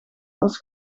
als